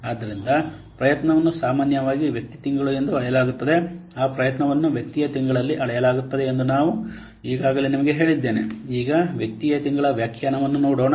ಆದ್ದರಿಂದ ಪ್ರಯತ್ನವನ್ನು ಸಾಮಾನ್ಯವಾಗಿ ವ್ಯಕ್ತಿಯ ತಿಂಗಳು ಎಂದು ಅಳೆಯಲಾಗುತ್ತದೆ ಆ ಪ್ರಯತ್ನವನ್ನು ವ್ಯಕ್ತಿಯ ತಿಂಗಳಲ್ಲಿ ಅಳೆಯಲಾಗುತ್ತದೆ ಎಂದು ನಾನು ಈಗಾಗಲೇ ನಿಮಗೆ ಹೇಳಿದ್ದೇನೆ ಈಗ ವ್ಯಕ್ತಿಯ ತಿಂಗಳ ವ್ಯಾಖ್ಯಾನಿವನ್ನು ಹೇಳೋಣ